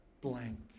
blank